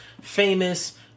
famous